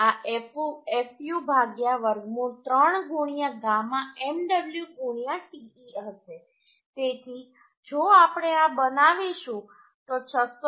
આ fu વર્ગમૂળ 3 γ mw te હશે તેથી જો આપણે આ બનાવીશું તો 662